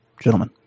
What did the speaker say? Gentlemen